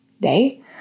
day